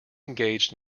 engaged